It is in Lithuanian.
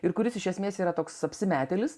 ir kuris iš esmės yra toks apsimetėlis